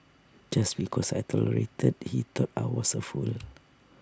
just because I tolerated he thought I was A fool